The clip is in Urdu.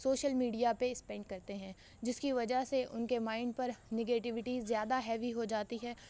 سوشل میڈیا پہ اسپینڈ کرتے ہیں جس کی وجہ سے ان کے مائنڈ پر نگیٹیوٹی زیادہ ہیوی ہوجاتی ہے